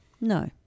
No